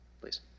Please